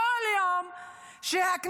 בכל יום שהכנסת,